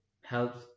helps